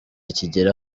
kigera